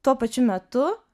tuo pačiu metu